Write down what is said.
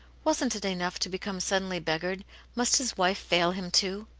wasn't it enough to become suddenly beggared must his wife fail him, too?